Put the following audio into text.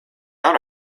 out